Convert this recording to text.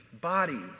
body